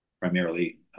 primarily